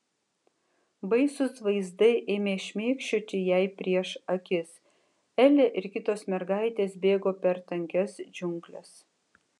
baisūs vaizdai ėmė šmėkščioti jai prieš akis elė ir kitos mergaitės bėgo per tankias džiungles